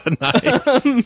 nice